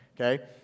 okay